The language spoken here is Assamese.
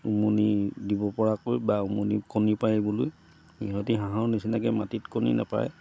উমনি দিব পৰাকৈ বা উমনি কণী পাৰিবলৈ সিহঁতি হাঁহৰ নিচিনাকৈ মাটিত কণী নাপাৰে